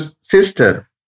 sister